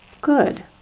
good